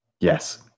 Yes